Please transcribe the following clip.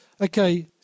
okay